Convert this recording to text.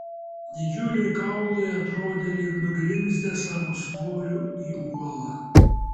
didžiuliai kaulai atrodė lyg nugrimzdę savo svoriu į uolą